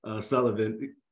Sullivan